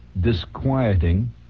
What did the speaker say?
disquieting